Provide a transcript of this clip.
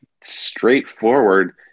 straightforward